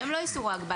שהם לא איסור או הגבלה.